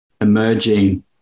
emerging